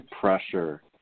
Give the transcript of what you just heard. pressure